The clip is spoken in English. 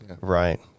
right